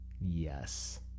Yes